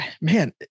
man